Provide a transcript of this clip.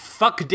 fuck